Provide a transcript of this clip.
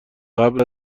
قبل